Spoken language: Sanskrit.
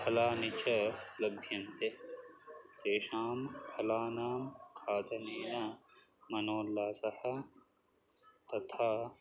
फलानि च लभ्यन्ते तेषां फलानां खादनेन मनोल्लासः तथा